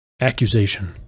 accusation